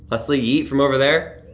leslie, yeet, from over there.